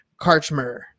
Karchmer